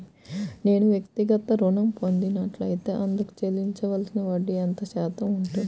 నేను వ్యక్తిగత ఋణం పొందినట్లైతే అందుకు చెల్లించవలసిన వడ్డీ ఎంత శాతం ఉంటుంది?